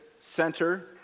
center